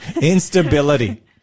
Instability